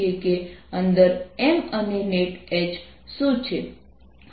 તો આ R2sinθdθσωRdθ હશે